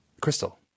crystal